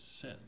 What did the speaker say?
sin